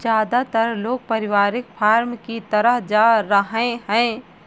ज्यादातर लोग पारिवारिक फॉर्म की तरफ जा रहै है